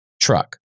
truck